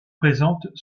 présentent